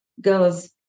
goes